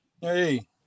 Hey